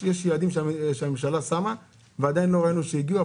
יש שם יעדים שהממשלה קבעה ועדיין לא ראינו שהגיעו אליהם.